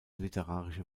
literarische